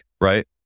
right